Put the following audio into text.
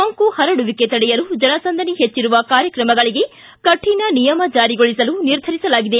ಸೋಂಕು ಪರಡುವಿಕೆ ತಡೆಯಲು ಜನಸಂದಣಿ ಪೆಚ್ಚಿರುವ ಕಾರ್ಯಕ್ರಮಗಳಿಗೆ ಕಠಿಣ ನಿಯಮ ಜಾರಿಗೊಳಿಸಲು ನಿರ್ಧರಿಸಲಾಗಿದೆ